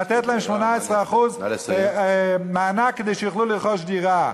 לתת להם 18% מענק כדי שיוכלו לרכוש דירה,